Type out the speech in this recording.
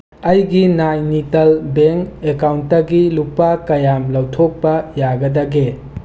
ꯑꯩꯒꯤ ꯅꯥꯏꯅꯤꯇꯜ ꯕꯦꯡ ꯑꯦꯀꯥꯎꯟꯗꯒꯤ ꯂꯨꯄꯥ ꯀꯌꯥꯝ ꯂꯧꯊꯣꯛꯄ ꯌꯥꯒꯗꯒꯦ